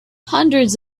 hundreds